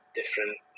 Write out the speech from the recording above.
different